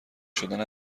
شدن